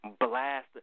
blast